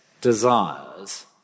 desires